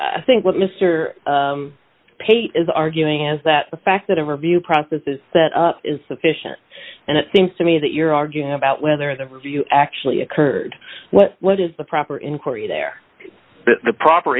a think what mr pate is arguing is that the fact that interview process is that is sufficient and it seems to me that you're arguing about whether the review actually occurred what is the proper inquiry there the proper